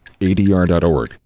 ADR.org